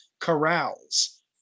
corrals